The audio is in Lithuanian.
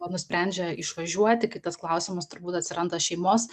nusprendžia išvažiuoti kitas klausimas turbūt atsiranda šeimos